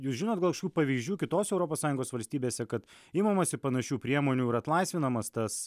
jūs žinot gal šių pavyzdžių kitose europos sąjungos valstybėse kad imamasi panašių priemonių ir atlaisvinamas tas